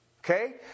Okay